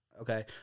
Okay